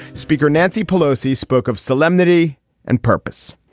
speaker nancy pelosi spoke of solemnity and purpose.